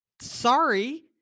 Sorry